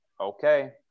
okay